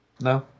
No